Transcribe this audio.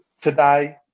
today